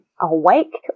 awake